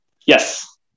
Yes